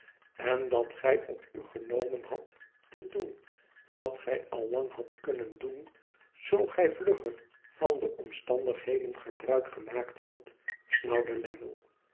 n dat gij op u genomen hadt te doen wat gij al lang hadt kunnen doen zoo gij vlugger van de omstandigheden gebruik gemaakt hadt snauwde